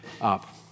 up